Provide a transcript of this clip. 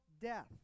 death